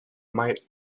might